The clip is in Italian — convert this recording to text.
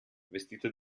vestita